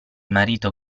marito